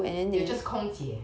we are just 空姐